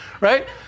Right